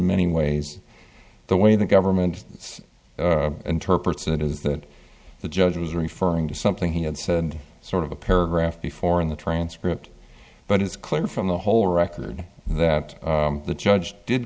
many ways the way the government interprets it is that the judge was referring to something he had said sort of a paragraph before in the transcript but it's clear from the whole record that the judge did